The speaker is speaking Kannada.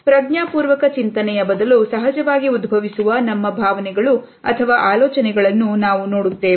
ಪ್ರಜ್ಞಾಪೂರ್ವಕ ಚಿಂತನೆಯ ಬದಲು ಸಹಜವಾಗಿ ಉದ್ಭವಿಸುವ ನಮ್ಮ ಭಾವನೆಗಳು ಅಥವಾ ಆಲೋಚನೆಗಳನ್ನು ನಾವು ನೋಡುತ್ತೇವೆ